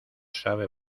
sabe